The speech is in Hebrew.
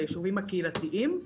ביישובים הקהילתיים.